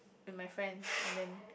with my friends and then